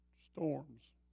Storms